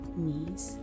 knees